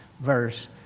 verse